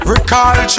Recall